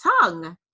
tongue